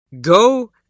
Go